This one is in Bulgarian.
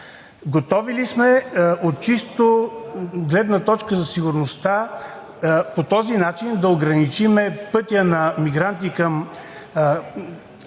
Готови ли сме от чисто гледна точка за сигурността по този начин да ограничим пътя на мигранти към